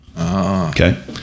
okay